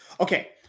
okay